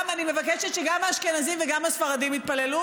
אני מבקשת שגם האשכנזים וגם הספרדים יתפללו,